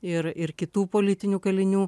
ir ir kitų politinių kalinių